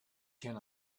can